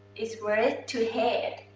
it's worth to hate.